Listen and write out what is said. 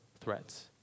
threats